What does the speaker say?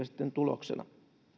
sitten tuloksena